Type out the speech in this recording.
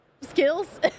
skills